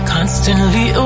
Constantly